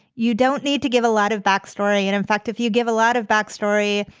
you don't need to give a lot of backstory. and in fact, if you give a lot of backstory,